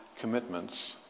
commitments